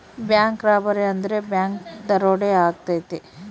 bank robbery ಅಂದ್ರೆ bank ದರೋಡೆ ಆಗೈತೆ